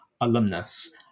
alumnus